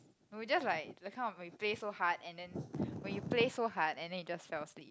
we were just like that kind of we play so hard and then when you play so hard and then you just fell asleep